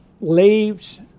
leaves